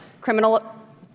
Criminal